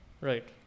right